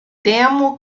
temo